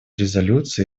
резолюции